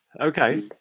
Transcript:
Okay